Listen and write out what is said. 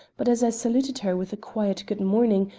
but as i saluted her with a quiet good morning,